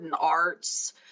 Arts